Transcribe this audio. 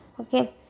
Okay